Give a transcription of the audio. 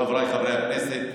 חבריי חברי הכנסת,